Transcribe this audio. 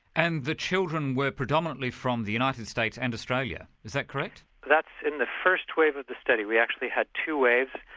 and the children were predominantly from the united states and australia, is that correct? that's in the first wave of the study. we actually had two waves.